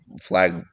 Flag